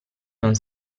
non